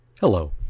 Hello